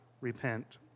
repent